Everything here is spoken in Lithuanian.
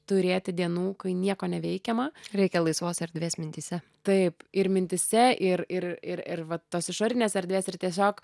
turėti dienų kai nieko neveikiama reikia laisvos erdvės mintyse taip ir mintyse ir ir ir ir va tos išorinės erdvės ir tiesiog